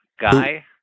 guy